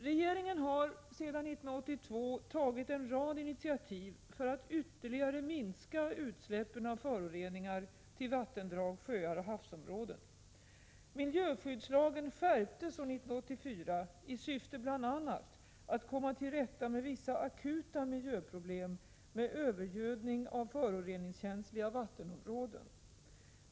Regeringen har sedan år 1982 tagit en rad initiativ för att ytterligare minska utsläppen av föroreningar till vattendrag, sjöar och havsområden. Miljöskyddslagen skärptes år 1984 i syfte att bl.a. komma till rätta med vissa akuta problem med övergödning av föroreningskänsliga vattenområden.